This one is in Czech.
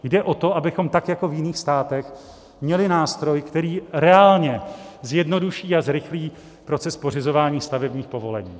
Jde o to, abychom tak jako v jiných státech měli nástroj, který reálně zjednoduší a zrychlí proces pořizování stavebních povolení.